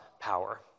power